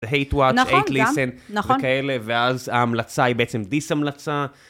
נכון, גם, נכון. וכאלה, ואז ההמלצה היא בעצם דיס-המלצה.